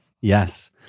Yes